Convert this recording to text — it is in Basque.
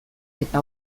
eta